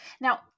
Now